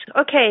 Okay